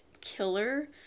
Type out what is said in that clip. killer